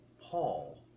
Paul